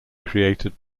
created